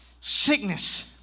sickness